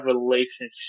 relationship